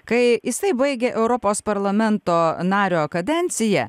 kai jisai baigė europos parlamento nario kadenciją